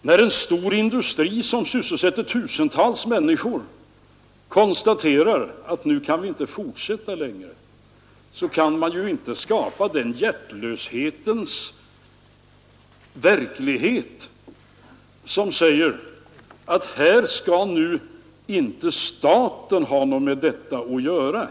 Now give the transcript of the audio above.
När en stor industri, som sysselsätter tusentals människor, konstaterar att den inte kan fortsätta driften längre, kan man ju inte inrikta sig på den hjärtlöshetens verklighet som säger att staten inte skall ha någonting med detta att göra.